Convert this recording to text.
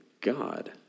God